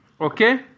Okay